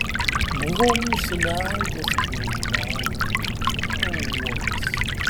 buvau nusileidęs prie upelio rinkau uogas